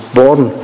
born